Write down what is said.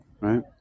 right